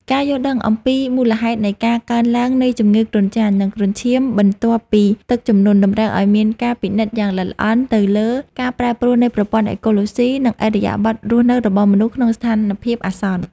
ការយល់ដឹងអំពីមូលហេតុនៃការកើនឡើងនៃជំងឺគ្រុនចាញ់ និងគ្រុនឈាមបន្ទាប់ពីទឹកជំនន់ តម្រូវឱ្យមានការពិនិត្យយ៉ាងល្អិតល្អន់ទៅលើការប្រែប្រួលនៃប្រព័ន្ធអេកូឡូស៊ី និងឥរិយាបថរស់នៅរបស់មនុស្សក្នុងស្ថានភាពអាសន្ន។